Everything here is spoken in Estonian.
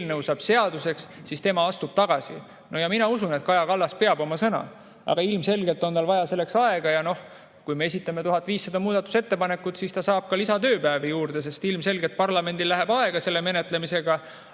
saab seaduseks, siis tema astub tagasi. No ja mina usun, et Kaja Kallas peab oma sõna. Aga ilmselgelt on tal selleks vaja aega ja noh, kui esitatakse 1500 muudatusettepanekut, siis ta saab lisatööpäevi juurde, sest ilmselgelt parlamendil läheb aega selle menetlemisega.